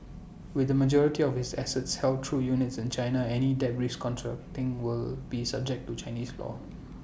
with the majority of its assets held through units in China any debt restructuring will be subject to Chinese law